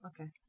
okay